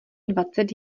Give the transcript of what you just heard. dvacet